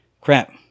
crap